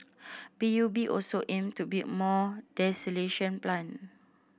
P U B also aim to build more desalination plant